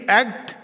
act